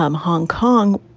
um hong kong,